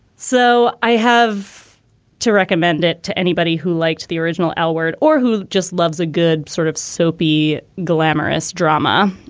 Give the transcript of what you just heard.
so i have to recommend it to anybody who liked the original l-word or who just loves a good sort of soapy, glamorous drama.